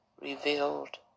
revealed